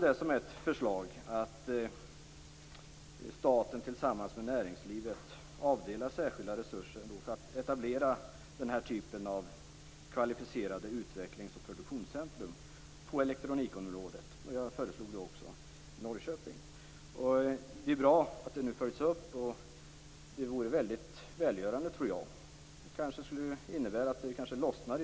Jag lade fram förslaget att staten tillsammans med näringslivet skall avdela särskilda resurser för att etablera denna typ av kvalificerade utvecklings och produktionscentrum på elektronikområdet. Jag föreslog också en förläggning till Norrköping. Det är bra att detta nu följs upp. Jag tror att det här vore väldigt välgörande och kanske skulle innebära att det i någon mån lossnar.